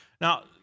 Now